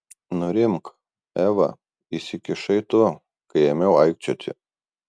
nurimk eva įsikišai tu kai ėmiau aikčioti